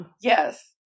Yes